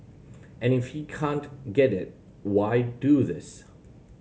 and if he can't get it why do this